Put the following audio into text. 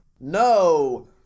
No